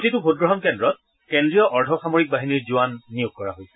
প্ৰতিটো ভোটগ্ৰহণ কেন্দ্ৰত কেন্দ্ৰীয় অৰ্ধ সামৰিক বাহিনীৰ জোৱান নিয়োগ কৰা হৈছে